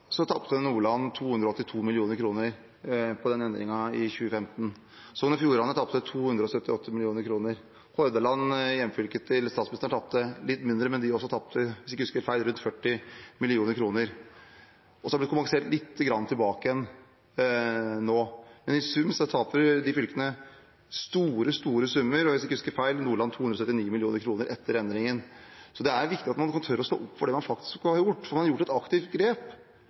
Nordland tapte 282 mill. kr på endringen i 2015. Sogn og Fjordane tapte 278 mill. kr. Hordaland, hjemfylket til statsministeren, tapte litt mindre, men de tapte også – hvis jeg ikke husker feil, rundt 40 mill. kr. Det har blitt kompensert lite grann tilbake igjen nå, men i sum taper de fylkene store, store summer. Hvis jeg ikke husker feil, taper Nordland 279 mill. kr etter endringen, så det er viktig at man tør å stå opp for det man faktisk har gjort. Man har tatt et aktivt grep fordi man mente at distrikts- og ferjefylkene fikk for mye penger, og så tok regjeringen et aktivt grep